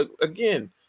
again